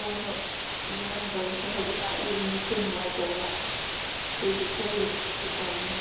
ꯍꯣꯏ ꯍꯣꯏ ꯑꯗꯨꯃꯥꯏꯅ ꯇꯧꯔꯁꯦ ꯍꯧꯖꯤꯛꯀꯥꯟ ꯑꯩꯒꯤ ꯃꯤꯠꯇꯣ ꯅꯨꯡꯉꯥꯏꯇꯕ ꯑꯗꯨꯒꯤ ꯈꯔ ꯌꯦꯡꯊꯣꯛꯀꯦ ꯇꯧꯕꯅꯦ